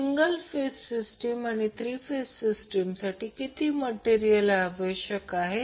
single फेजसाठी ते R आहे आणि थ्री फेजसाठी रेडियस R2 R आहे